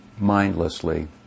mindlessly